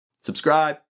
Subscribe